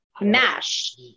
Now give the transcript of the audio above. mash